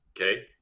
okay